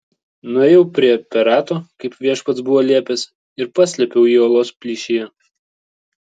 nuėjau prie perato kaip viešpats buvo liepęs ir paslėpiau jį uolos plyšyje